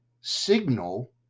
signal